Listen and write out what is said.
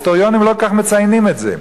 ההיסטוריונים לא כל כך מציינים את זה,